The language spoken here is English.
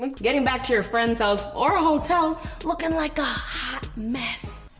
getting back to your friends house or a hotel looking like a hot mess.